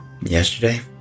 Yesterday